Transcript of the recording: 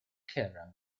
kerrang